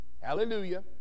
hallelujah